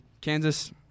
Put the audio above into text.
Kansas